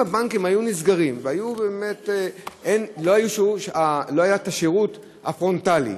אם הבנקים היו נסגרים, ולא היה השירות הפרונטלי